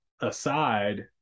aside